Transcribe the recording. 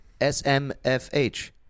SMFH